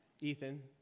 Ethan